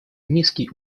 низкий